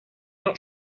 not